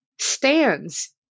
stands